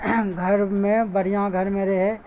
گھر میں بڑھیاں گھر میں رہے